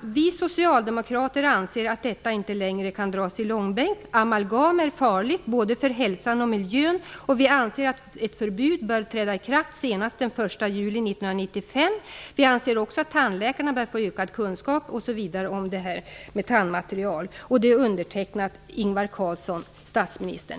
Vi socialdemokrater anser att detta inte längre kan dras i långbänk. Amalgam är farligt både för hälsan och miljön och vi anser att ett förbud bör träda i kraft senast den 1 juli 1995. Vi anser också att tandläkarna bör få ökad kunskap om tandmaterial. Det är undertecknat Ingvar Carlsson, statsministern.